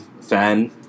fan